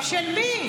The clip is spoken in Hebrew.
של מי?